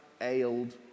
ailed